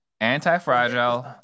anti-fragile